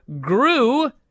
grew